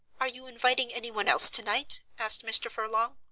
are you inviting anyone else tonight? asked mr. furlong.